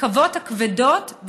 הרכבות הכבדות,